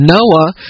Noah